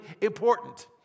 important